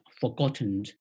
forgotten